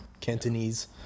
Cantonese